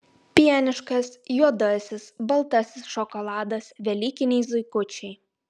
pieniškas juodasis baltasis šokoladas velykiniai zuikučiai